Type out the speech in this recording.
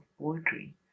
poetry